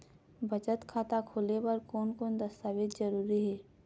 बचत खाता खोले बर कोन कोन दस्तावेज जरूरी हे?